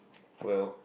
well